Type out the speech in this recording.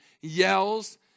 yells